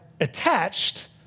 attached